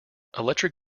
electric